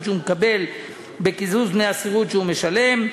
שהוא מקבל בקיזוז דמי השכירות שהוא משלם.